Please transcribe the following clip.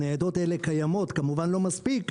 הניידות האלה קיימות, כמובן לא מספיק,